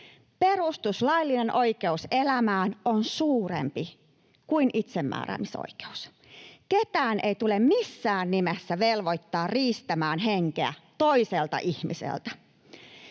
Perustuslaillinen oikeus elämään on suurempi kuin itsemääräämisoikeus. Ketään ei tule missään nimessä velvoittaa riistämään henkeä toiselta ihmiseltä.